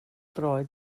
droed